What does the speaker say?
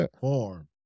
form